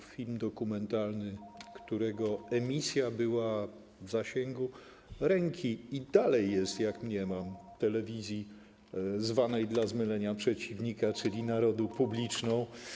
To film dokumentalny, którego emisja była w zasięgu ręki, i dalej jest, jak mniemam, w telewizji zwanej dla zmylenia przeciwnika, czyli narodu, publiczną.